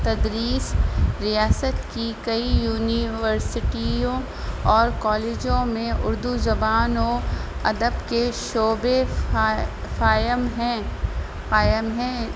تدریس ریاست کی کئی یونیورسٹیوں اور کالجوں میں اردو زبان و ادب کے شعبے قائم قائم ہیں قائم ہیں